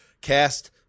Cast